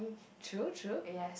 true true